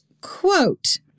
Quote